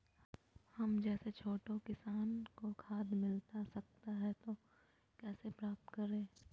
हम जैसे छोटे किसान को खाद मिलता सकता है तो कैसे प्राप्त करें?